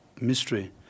mystery